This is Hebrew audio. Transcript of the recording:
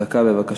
דקה, בבקשה.